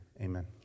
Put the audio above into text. amen